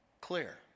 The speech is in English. clear